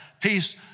Peace